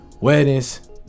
weddings